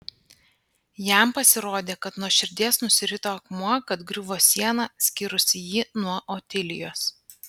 jam pasirodė kad nuo širdies nusirito akmuo kad griuvo siena skyrusi jį nuo otilijos